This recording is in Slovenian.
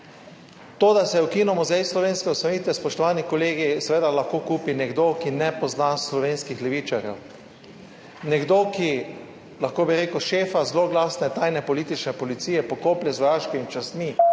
To, da se je ukinil Muzej slovenske osamosvojitve, spoštovani kolegi, seveda lahko kupi nekdo, ki ne pozna slovenskih levičarjev, nekdo, ki, lahko bi rekel, šefa zloglasne tajne politične policije pokoplje z vojaškimi častmi